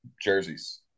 jerseys